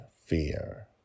Fear